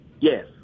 Yes